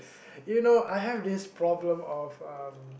you know I have this problem of um